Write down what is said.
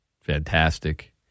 fantastic